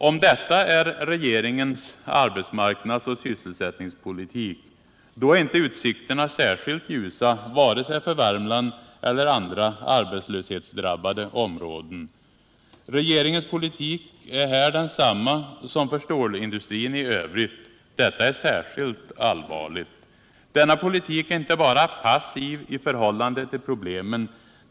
Om detta är regeringens arbetsmarknadsoch sysselsättningspolitik, då är inte utsikterna särskilt ljusa för vare sig Värmland eller andra arbetslöshetsdrabbade områden. Regeringens politik är här densamma som för stålindustrin i övrigt. Detta är särskilt allvarligt. Denna politik är inte bara passiv i förhållande till problemen.